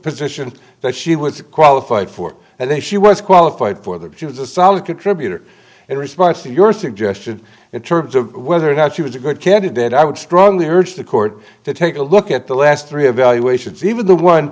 positions that she was qualified for and then she was qualified for that she was a solid contributor and respond to your suggestion in terms of whether or not she was a good candidate i would strongly urge the court to take a look at the last three evaluations even the one